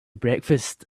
breakfast